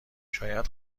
شاید